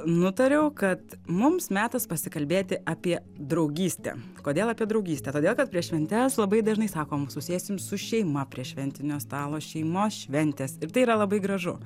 nutariau kad mums metas pasikalbėti apie draugystę kodėl apie draugystę todė kad prieš šventes labai dažnai sakom susėsim su šeima prie šventinio stalo šeimos šventės ir tai yra labai gražu